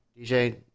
DJ